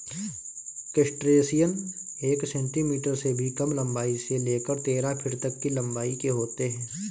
crustacean एक centimetre से भी कम लंबाई से लेकर तेरह फीट तक की लंबाई के होते हैं